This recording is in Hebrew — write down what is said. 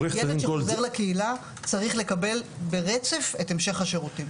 ילד שחוזר לקהילה צריך לקבל ברצף את המשך השירותים.